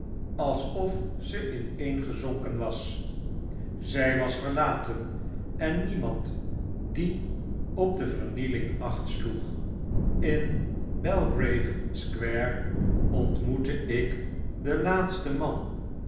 alsof ze ineengezonken was zy was verlaten en niemand die op de vernieling acht sloeg in belgrave square ontmoetteikdenlaatstenmaneen bediende van